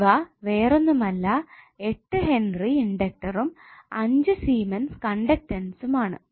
ഇവ വേറൊന്നുമല്ല 8 ഹെൻറി ഇണ്ടക്ടറും 5 സീമെൻസ് കണ്ടുക്ടൻസും ആണ്